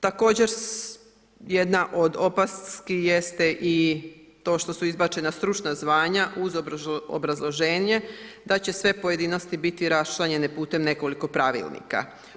Također jedna od opaski je i to što su izbačena stručna zvanja uz obrazloženje da će sve pojedinosti biti raščlanjene putem nekoliko pravilnika.